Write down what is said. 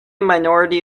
minority